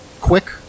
quick